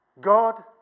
God